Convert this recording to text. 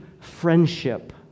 friendship